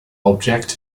object